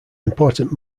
important